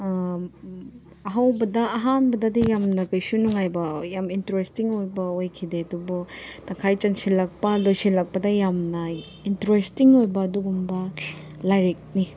ꯑꯍꯧꯕꯗ ꯑꯍꯥꯟꯕꯗꯗꯤ ꯌꯥꯝꯅ ꯀꯩꯁꯨ ꯅꯨꯡꯉꯥꯏꯕ ꯌꯥꯝ ꯏꯟꯇꯔꯦꯁꯇꯤꯡ ꯑꯣꯏꯕ ꯑꯣꯏꯈꯤꯗꯦ ꯑꯗꯨꯕꯨ ꯇꯪꯈꯥꯜ ꯆꯟꯁꯤꯜꯂꯛꯄ ꯂꯣꯏꯁꯤꯜꯂꯛꯄꯗ ꯌꯥꯝꯅ ꯏꯟꯇꯔꯦꯁꯇꯤꯡ ꯑꯣꯏꯕ ꯑꯗꯨꯒꯨꯝꯕ ꯂꯥꯏꯔꯤꯛꯅꯤ